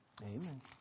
Amen